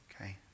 Okay